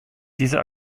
diese